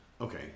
okay